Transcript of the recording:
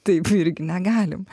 taip irgi negalim